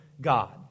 God